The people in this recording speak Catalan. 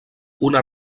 una